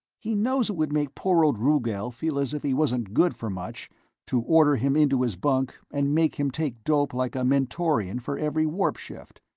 he knows it would make poor old rugel feel as if he wasn't good for much to order him into his bunk and make him take dope like a mentorian for every warp-shift.